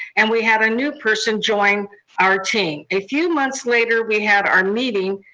and we had a new person join our team. a few months later, we had our meeting.